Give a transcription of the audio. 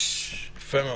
יפה מאוד.